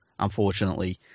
Unfortunately